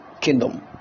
kingdom